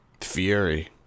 Fury